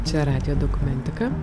čia radijo dokumentika